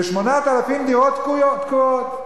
ו-8,000 דירות תקועות.